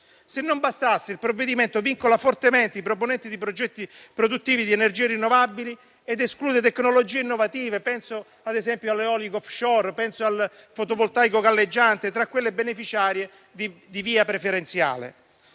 Se non bastasse, il provvedimento vincola fortemente i proponenti di progetti produttivi di energie rinnovabili ed esclude tecnologie innovative: penso ad esempio all'eolico *offshore* o al fotovoltaico galleggiante tra quelle beneficiarie di corsia preferenziale